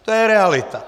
To je realita.